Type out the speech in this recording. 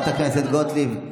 חברת הכנסת גוטליב.